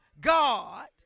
God